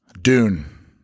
Dune